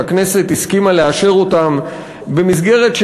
שהכנסת הסכימה לאשר אותם במסגרת של